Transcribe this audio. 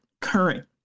current